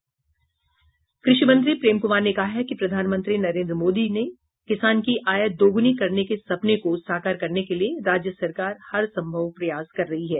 कृषि मंत्री प्रेम कुमार ने कहा है कि प्रधानमंत्री नरेन्द्र मोदी के किसानों की आय दोगुनी करने के सपने को साकार करने के लिए राज्य सरकार हरसंभव प्रयास कर रही है